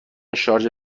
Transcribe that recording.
شارژر